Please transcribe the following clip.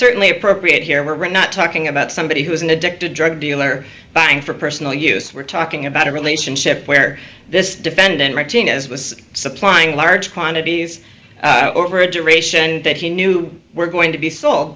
certainly appropriate here we're not talking about somebody who is an addict a drug dealer buying for personal use we're talking about a relationship where this defendant writein is was supplying large quantities over a generation that he knew were going to be so